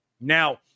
Now